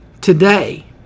today